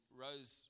Rose